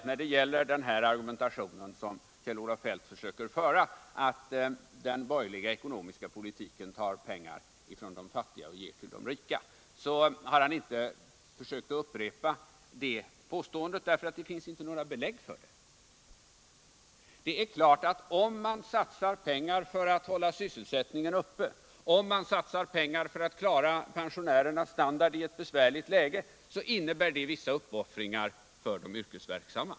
När det gäller denna argumentation som Kjell-Olof Feldt försöker föra , att den borgerliga ekonomiska politiken tar pengar från de fattiga och ger till de rika, har han inte upprepat det påståendet, därför att det finns inga belägg för det. Det är klart att om man satsar pengar för att hålla sysselsättningen uppe, om man satsar pengar för att klara pensionärernas standard i ett besvärligt läge, så innebär det vissa uppoffringar för de yrkesverksamma.